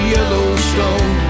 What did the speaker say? Yellowstone